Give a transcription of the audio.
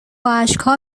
اشکها